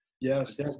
Yes